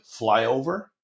flyover